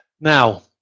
Now